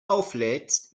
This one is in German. auflädst